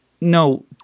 no